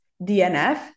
DNF